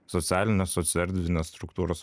socialinės socerdvinės struktūros